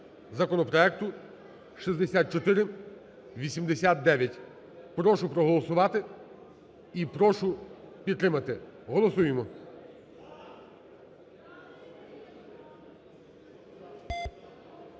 законопроекту 6489. Прошу проголосувати і прошу підтримати, голосуємо.